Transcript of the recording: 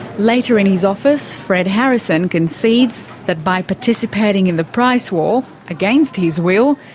later in his office, fred harrison concedes that by participating in the price war against his will,